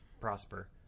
prosper